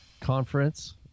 Conference